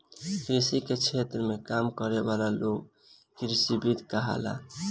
कृषि के क्षेत्र में काम करे वाला लोग कृषिविद कहाला